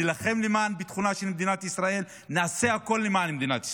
נילחם למען ביטחונה של מדינת ישראל ונעשה הכול למען מדינת ישראל.